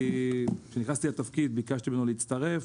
וכשנכנסתי לתפקיד ביקשתי ממנו להצטרף.